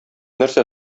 нәрсә